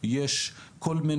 יש הרבה